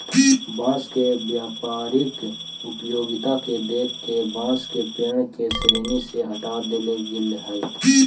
बाँस के व्यावसायिक उपयोगिता के देख के बाँस के पेड़ के श्रेणी से हँटा देले गेल हइ